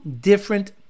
different